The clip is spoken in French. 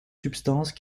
substances